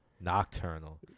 Nocturnal